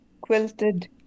Quilted